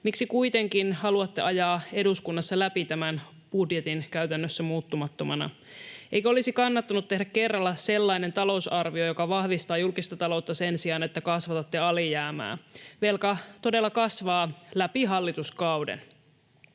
miksi kuitenkin haluatte ajaa eduskunnassa läpi tämän budjetin käytännössä muuttumattomana. Eikö olisi kannattanut tehdä kerralla sellainen talousarvio, joka vahvistaa julkista taloutta sen sijaan, että kasvatatte alijäämää? Velka todella kasvaa läpi hallituskauden.